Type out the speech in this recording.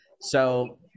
So-